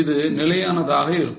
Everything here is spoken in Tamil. இது நிலையானதாக இருக்கும்